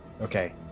Okay